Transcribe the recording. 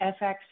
FX